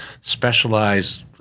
specialized